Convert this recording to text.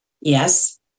Yes